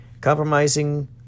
Compromising